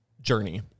journey